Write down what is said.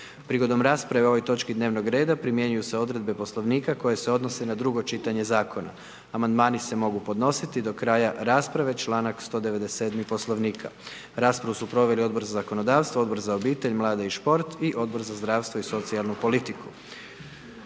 Prigodom rasprave o ovoj točki dnevnog reda primjenjuju se odredbe Poslovnika koje se odnose na drugo čitanje zakona. Amandmani se mogu podnositi do kraja rasprave sukladno članku 197. Poslovnika. Raspravu su proveli Odbor za obitelj, mlade i sport, Odbor za zdravstvo i socijalnu politiku.